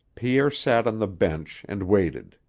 pierre sat on the bench and waited.